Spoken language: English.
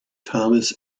thomas